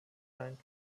ein